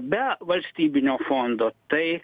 be valstybinio fondo tai